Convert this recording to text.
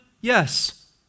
Yes